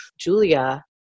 Julia